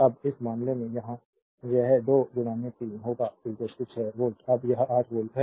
अब इस मामले में यहाँ यह 2 3 होगा 6 वोल्ट अब यह 8 वोल्ट है